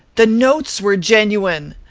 the notes were genuine.